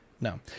No